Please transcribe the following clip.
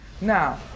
Now